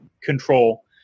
control